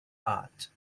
art